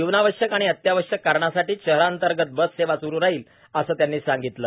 जीवनावश्यक आणि अत्यावश्यक कारणांसाठीच शहरांतर्गत बस सेवा सुरु राहील असं त्यांनी सांगितलं